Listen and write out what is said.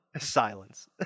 silence